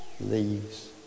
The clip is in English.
leaves